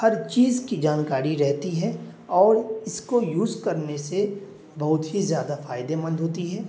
ہر چیز کی جانکاری رہتی ہے اور اس کو یوز کرنے سے بہت ہی زیادہ فائدے مند ہوتی ہے